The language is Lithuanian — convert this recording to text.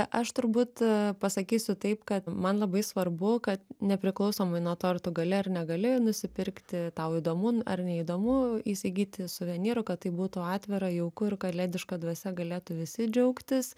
aš turbūt pasakysiu taip kad man labai svarbu kad nepriklausomai nuo to ar tu gali ar negali nusipirkti tau įdomu ar neįdomu įsigyti suvenyrų kad tai būtų atvira jauku ir kalėdiška dvasia galėtų visi džiaugtis